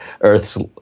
earth's